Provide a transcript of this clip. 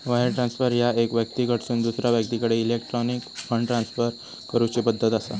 wire transfer ह्या एका व्यक्तीकडसून दुसरा व्यक्तीकडे इलेक्ट्रॉनिक फंड ट्रान्सफर करूची पद्धत असा